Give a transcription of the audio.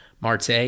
Marte